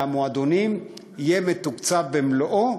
למועדונים יהיה מתוקצב במלואו,